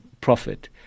profit